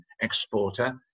exporter